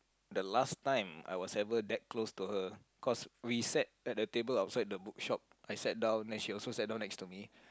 the last time I was ever that close to her cause we sat at the table outside the book shop I sat down then she also sat down next to me